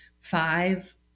five